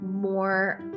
more